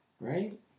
Right